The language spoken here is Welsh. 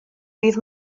ddydd